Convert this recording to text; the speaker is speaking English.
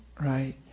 Right